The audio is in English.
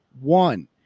one